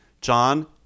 John